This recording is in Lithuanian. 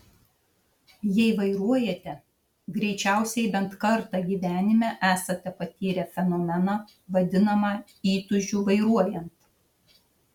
jei vairuojate greičiausiai bent kartą gyvenime esate patyrę fenomeną vadinamą įtūžiu vairuojant